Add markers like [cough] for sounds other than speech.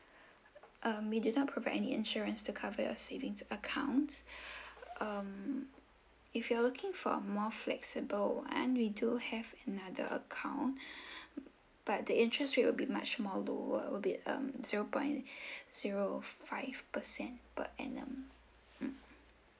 uh we do not provide any insurance to cover your savings accounts um if you're looking for a more flexible one we do have another account [breath] but the interest rate will be much more lower will be um zero point zero five percent per annum mm